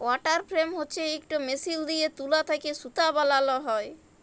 water frame হছে ইকট machine দিঁয়ে তুলা থ্যাকে সুতা বালাল হ্যয়